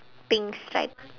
pink stripe